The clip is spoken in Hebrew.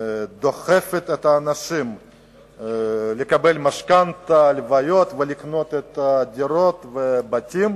דוחפת את האנשים לקבל משכנתה ולקנות דירות ובתים,